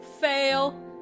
Fail